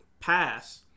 pass